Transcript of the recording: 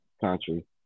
country